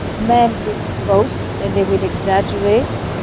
men will post and they would exaggerate